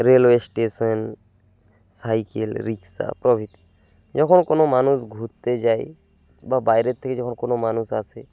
railway station cycle rickshaw প্রভৃতি যখন কোনো মানুষ ঘুরতে যায় বা বাইরের থেকে যখন কোনো মানুষ আসে